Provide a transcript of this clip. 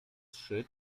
trzy